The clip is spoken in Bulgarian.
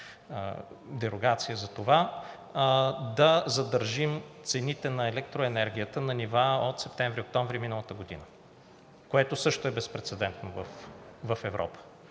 дерогация за това, да задържим цените на електроенергията на нива от септември-октомври миналата година, което също е безпрецедентно в Европа.